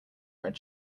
red